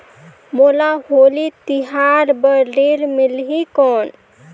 मोला होली तिहार बार ऋण मिलही कौन?